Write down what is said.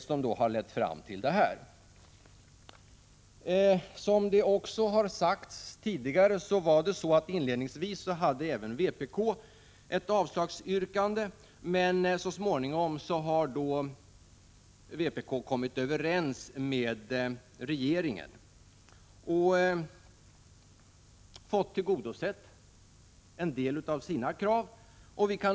Som det också har sagts tidigare, hade inledningsvis även vpk ett avslagsyrkande, men så småningom har vpk kommit överens med socialdemokraterna och fått en del av sina krav tillgodosedda.